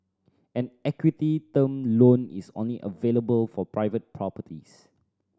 an equity term loan is only available for private properties